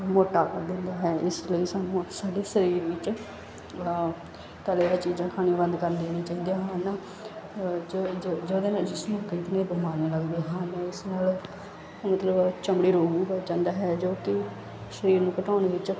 ਮੋਟਾ ਹੁੰਦਾ ਹੈ ਇਸ ਲਈ ਸਾਨੂੰ ਅ ਸਾਡੇ ਸਰੀਰ ਵਿੱਚ ਆ ਤਲੇ ਹੋਏ ਚੀਜ਼ਾਂ ਖਾਣੀਆਂ ਬੰਦ ਕਰ ਦੇਣੀਆਂ ਚਾਹੀਦੀਆਂ ਹਨ ਜ ਜ ਜ ਜੇ ਉਹਦੇ ਨਾਲ ਜਿਸਨੂੰ ਕਈ ਤਰ੍ਹਾਂ ਦੀਆਂ ਬਿਮਾਰੀਆਂ ਲਗਦੀਆਂ ਹਨ ਇਸ ਨਾਲ ਮਤਲਬ ਚਮੜੀ ਰੋਗ ਵੀ ਲੱਗ ਜਾਂਦਾ ਹੈ ਜੋ ਕਿ ਸਰੀਰ ਨੂੰ ਘਟਾਉਣ ਵਿੱਚ